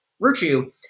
virtue